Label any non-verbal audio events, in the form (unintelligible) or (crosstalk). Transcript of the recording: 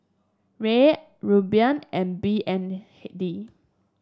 Riel Rupiah and B N (unintelligible) D